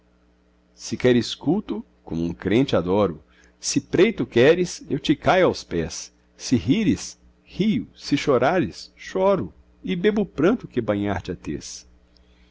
se queres culto como um crente adoro se preito queres eu te caio aos pés se rires rio se chorares choro e bebo o pranto que banhar te a tez